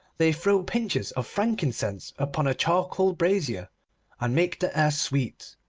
they throw pinches of frankincense upon a charcoal brazier and make the air sweet.